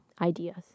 ideas